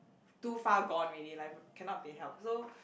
too far gone already like cannot be helped so